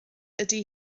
ydy